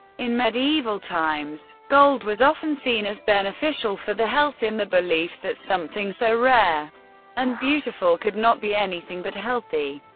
in medieval times, gold was often seen as beneficial for the health, in the belief that something so rare and beautiful could not be anything, but healthy.